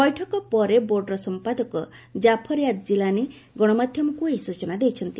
ବୈଠକ ପରେ ବୋର୍ଡର ସମ୍ପାଦକ କାଫରୟାଦ୍ ଜିଲାନୀ ଗଣମାଧ୍ୟମକୁ ଏହି ସୂଚନା ଦେଇଛନ୍ତି